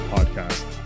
Podcast